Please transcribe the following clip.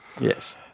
Yes